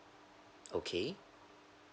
okay